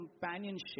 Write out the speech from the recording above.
companionship